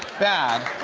bad.